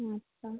আচ্ছা